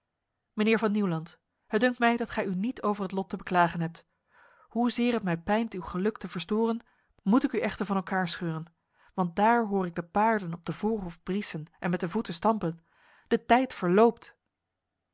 mijnheer van nieuwland het dunkt mij dat gij u niet over het lot te beklagen hebt hoe zeer het mij pijnt uw geluk te verstoren moet ik u echter van elkaar scheuren want daar hoor ik de paarden op de voorhof briesen en met de voeten stampen de tijd verloopt